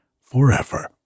forever